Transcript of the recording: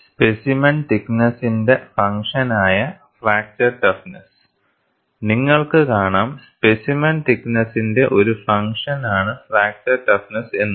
specimen തിക്ക് നെസ്സിന്റെ function ആയ ഫ്രാക്ചർ ടഫ്നെസ്സ് നിങ്ങൾക്കു കാണാം സ്പെസിമെൻ തിക്ക് നെസ്സിന്റെ ഒരു ഫങ്ക്ഷൻ ആണ് ഫ്രാക്ചർ ടഫ്നെസ്സ് എന്ന്